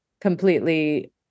completely